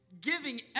giving